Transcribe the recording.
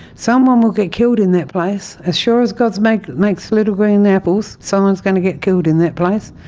someone will get killed in that place. as sure as god like makes little green apples, someone's going to get killed in that place.